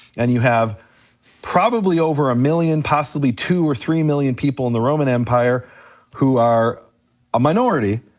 and you have probably over a million, possibly two or three million people in the roman empire who are a minority,